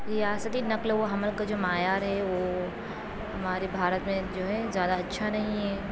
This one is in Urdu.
ریاستی نقل و حمل کا جو معیار ہے وہ ہمارے بھارت میں جو ہے زیادہ اچھا نہیں ہے